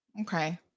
Okay